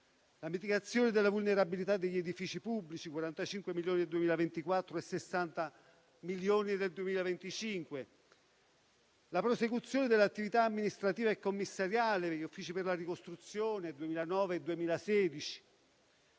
la mitigazione della vulnerabilità degli edifici pubblici sono previsti 45 milioni nel 2024 e 60 milioni nel 2025. Cito inoltre la prosecuzione dell'attività amministrativa e commissariale per gli uffici per la ricostruzione 2009 e 2016;